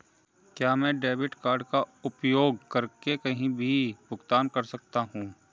क्या मैं debit card का उपयोग करके कहीं भी भुगतान कर सकता हूं?